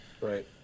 Right